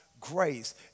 grace